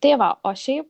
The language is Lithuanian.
tai va o šiaip